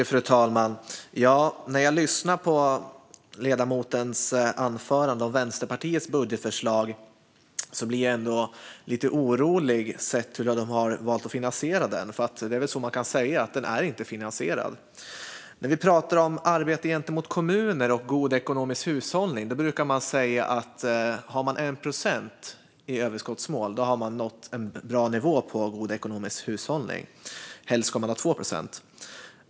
Fru talman! När jag lyssnar på ledamotens anförande om Vänsterpartiets budgetförslag blir jag lite orolig över hur partiet har valt att finansiera sin budget. Man kan väl nämligen konstatera att den inte är finansierad. När vi pratar om arbetet gentemot kommuner och en god ekonomisk hushållning brukar vi säga att den som har 1 procent i överskottsmål har nått en bra nivå på den ekonomiska hushållningen. Helst ska det vara 2 procent.